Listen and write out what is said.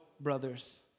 brothers